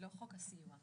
חוק הסיוע היה מהיר